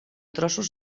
trossos